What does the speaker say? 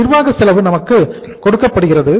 நிர்வாக செலவு நமக்கு கொடுக்கப்படுகிறது